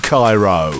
Cairo